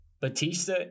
Batista